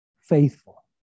faithful